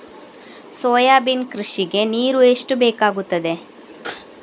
Soybean ಕೃಷಿಗೆ ನೀರು ಎಷ್ಟು ಬೇಕಾಗುತ್ತದೆ?